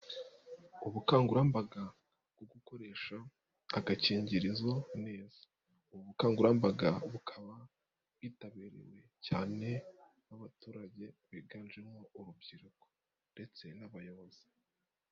Ubukangurambaga bwo gukoresha agakingirizo neza. Ubu bukangurambaga bukaba bwitabiriwe cyane n'abaturage biganjemo urubyiruko ndetse n'abayobozi.